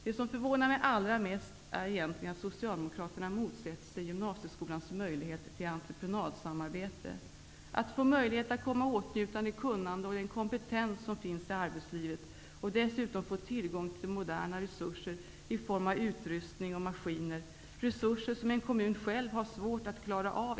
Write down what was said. Det som förvånar mig allra mest är egentligen att Socialdemokraterna motsätter sig gymnasieskolornas möjlighet till entreprenadsamarbete, dvs. att få möjlighet att komma i åtnjutande av det kunnande och den kompetens som finns i arbetslivet och dessutom få tillgång till moderna resurser i form av utrustning och maskiner, resurser som en kommun själv kan ha svårt att ekonomiskt klara av.